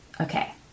Okay